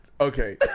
Okay